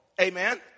Amen